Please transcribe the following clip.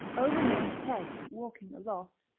over men's heads walking aloft,